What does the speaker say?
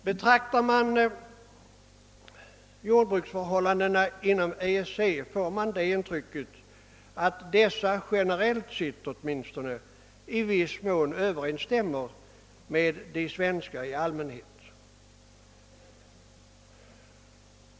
Betraktar man jordbruksförhållandena inom EEC får man intrycket att dessa, generellt sett åtminstone, i viss mån överensstämmer med de svenska i allmänhet.